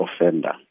offender